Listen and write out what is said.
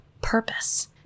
purpose